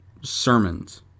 sermons